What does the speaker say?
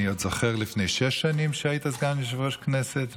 אני עוד זוכר לפני שש שנים שהיית סגן יושב-ראש הכנסת,